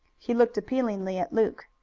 he looked appealingly at luke.